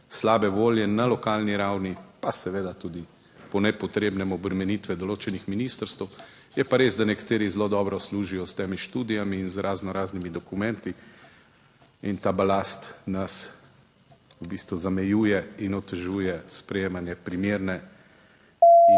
slabe volje na lokalni ravni, pa seveda tudi po nepotrebnem obremenitve določenih ministrstev. Je pa res, da nekateri zelo dobro služijo s temi študijami in z razno raznimi dokumenti in ta balast nas v bistvu zamejuje in otežuje sprejemanje primerne in